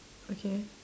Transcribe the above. okay